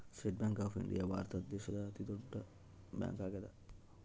state Bank of India ಭಾರತ ದೇಶದ ತೀರ ದೊಡ್ಡ ಬ್ಯಾಂಕ್ ಆಗ್ಯಾದ